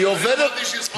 אתה לא מתבייש?